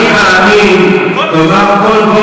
נציגים של מפלגת ש"ס, "אני מאמין" תאמר כל בוקר.